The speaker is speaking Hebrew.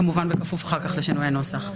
כמובן בכפוף אחר כך לשינויי נוסח.